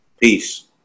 Peace